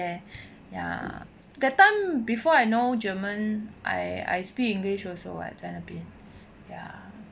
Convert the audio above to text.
ya that time before I know german I speak english also [what] 在那边 ya